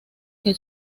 que